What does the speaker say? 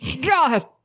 God